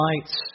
lights